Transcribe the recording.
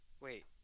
Wait